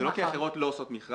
זה לא כי החברות לא עושות מכרז,